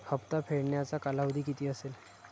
हप्ता फेडण्याचा कालावधी किती असेल?